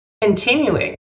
continuing